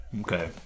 Okay